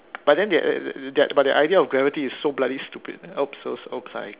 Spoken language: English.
but then they they but their idea of gravity is so bloody stupid oops oops oops I cursed